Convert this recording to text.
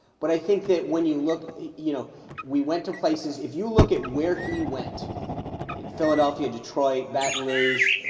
but i think that when you look you know we went to places. if you look at where he went you know philadelphia, detroit, baton rouge,